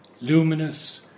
luminous